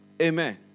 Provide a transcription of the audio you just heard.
Amen